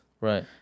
Right